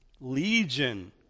Legion